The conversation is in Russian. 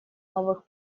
новых